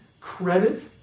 credit